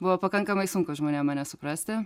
buvo pakankamai sunku žmonėm mane suprasti